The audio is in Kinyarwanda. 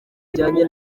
ujyanye